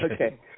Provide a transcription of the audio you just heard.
Okay